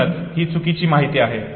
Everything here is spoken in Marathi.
म्हणूनच ही चुकीची माहिती आहे